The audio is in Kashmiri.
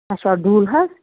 اَچھا ڈُل حظ